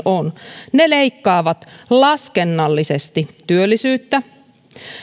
on leikkaavat laskennallisesti työllisyyttä